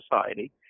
society